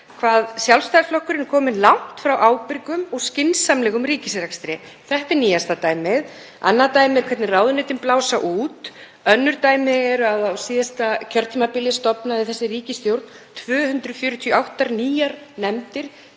hvað Sjálfstæðisflokkurinn kominn langt frá ábyrgum og skynsamlegum ríkisrekstri. Þetta er nýjasta dæmið. Annað dæmi er það hvernig ráðuneytin blása út og að á síðasta kjörtímabili stofnaði þessi ríkisstjórn 248 nýjar nefndir